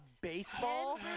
baseball